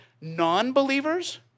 non-believers